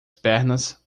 pernas